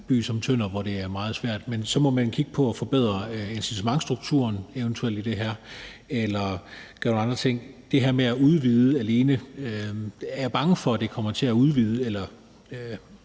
by som Tønder, hvor det er meget svært. Men så må man kigge på eventuelt at forbedre incitamentsstrukturen i det her eller gøre nogle andre ting. Det her med alene at udvide, er jeg bange for kommer til at gøre